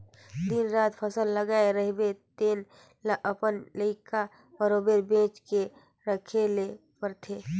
दिन रात फसल लगाए रहिबे तेन ल अपन लइका बरोबेर बचे के रखे ले परथे